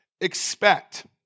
expect